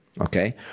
okay